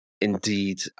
Indeed